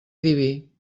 diví